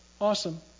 Awesome